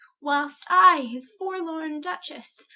whilest i, his forlorne duchesse,